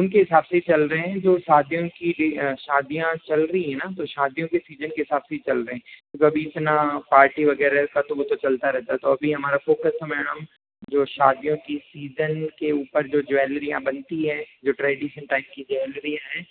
उनके हिसाब से ही चल रहे हैं जो शादियाँ की डील शादियाँ चल रही है न तो शादियों के सीज़न के हिसाब से ही चल रहे है कभी इतना पार्टी वगैरह का तो वो तो चलता रहता है तो अभी हमारा फोकस न मैडम जो शादियां की सीजन के ऊपर जो ज्वेलरीयाँ बनती है जो ट्रेडिशनल टाइप की ज्वेलरीयाँ है